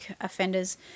offenders